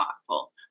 thoughtful